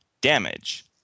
Damage